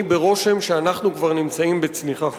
אני ברושם שאנחנו כבר נמצאים בצניחה חופשית.